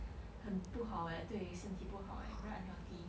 很不好 eh 对身体不好 leh very unhealthy